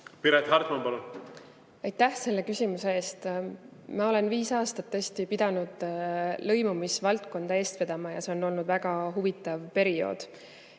see probleem. Aitäh selle küsimuse eest! Ma olen viis aastat tõesti pidanud lõimumisvaldkonda eest vedama ja see on olnud väga huvitav periood.